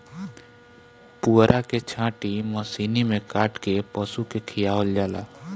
पुअरा के छाटी मशीनी में काट के पशु के खियावल जाला